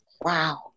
wow